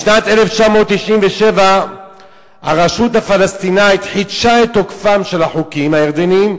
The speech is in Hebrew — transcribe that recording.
בשנת 1997 הרשות הפלסטינית חידשה את תוקפם של החוקים הירדניים